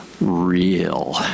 real